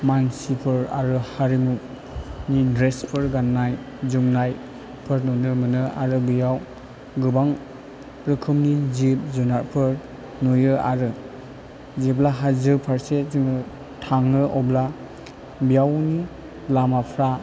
मानसिफोर आरो हारिमुनि द्रेसफोर गाननाय जोमनायफोर नुनो मोनो आरो बेयाव गोबां रोखोमनि जिब जुनारफोर नुयो आरो जेब्ला हाजो फारसे जोङो थाङो अब्ला बेयावनि लामाफ्रा